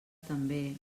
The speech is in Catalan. també